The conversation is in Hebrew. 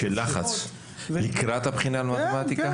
לקראת הבחינה במתמטיקה?